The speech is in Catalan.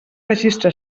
registre